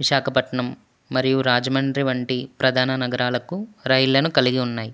విశాఖపట్నం మరియు రాజమండ్రి వంటి ప్రధాన నగరాలకు రైళ్ళను కలిగి ఉన్నాయి